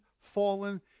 fallen